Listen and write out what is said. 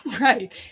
Right